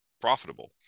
profitable